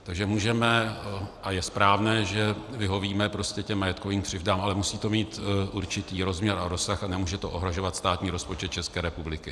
Takže můžeme, a je správné, že vyhovíme prostě těm majetkovým křivdám, ale musí to mít určitý rozměr a rozsah a nemůže to ohrožovat státní rozpočet České republiky.